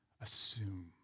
assume